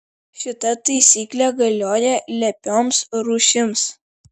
šita taisyklė galioja lepioms rūšims